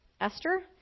Esther